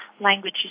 language